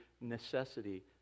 necessity